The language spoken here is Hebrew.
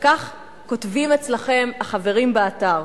וכך כותבים אצלכם החברים באתר: